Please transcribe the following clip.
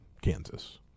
Kansas